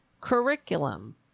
curriculum